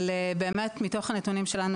אבל באמת מתוך הנתונים שלנו,